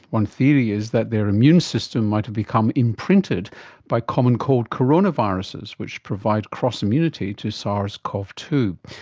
one theory is that their immune system might have become imprinted by common cold coronaviruses which provide cross immunity to sars cov two.